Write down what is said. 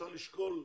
צריך לשקול.